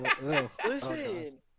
Listen